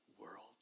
world